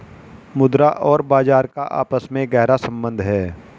मुद्रा और बाजार का आपस में गहरा सम्बन्ध है